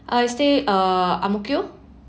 I stay uh Ang Mo Kio